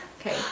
Okay